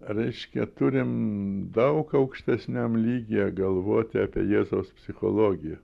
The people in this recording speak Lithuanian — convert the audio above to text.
reiškia turim daug aukštesniam lygyje galvoti apie jėzaus psichologiją